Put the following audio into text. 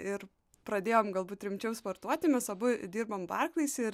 ir pradėjom galbūt rimčiau sportuoti mes abu dirbom barkleis ir